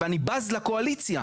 ואני בז לקואליציה.